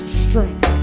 strength